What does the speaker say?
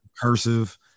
cursive